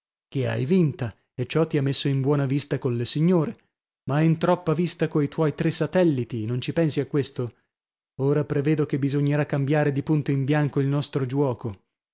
che hai vinta e ciò ti ha messo in buona vista colle signore ma in troppa vista coi tuoi tre satelliti non ci pensi a questo ora prevedo che bisognerà cambiare di punto in bianco il nostro giuoco